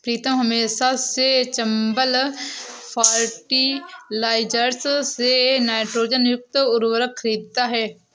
प्रीतम हमेशा से चंबल फर्टिलाइजर्स से नाइट्रोजन युक्त उर्वरक खरीदता हैं